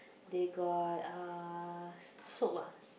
they got uh soap ah